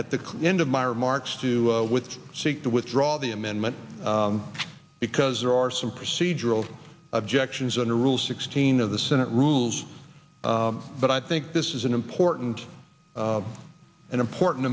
at the end of my remarks to with seek to withdraw the amendment because there are some procedural objections under rule sixteen of the senate rules but i think this is an important and important